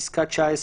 בפסקה (19),